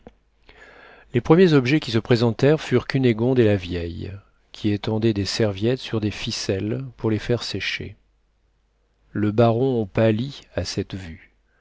les premiers objets qui se présentèrent furent cunégonde et la vieille qui étendaient des serviettes sur des ficelles pour les faire sécher le baron pâlit à cette vue